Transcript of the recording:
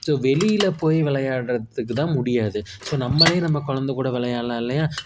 so வெளியில் போய் விளையாடறத்துக்கு தான் முடியாது ஸோ நம்பளே நம்ப குழந்த கூட விளையாடலாம் இல்லையா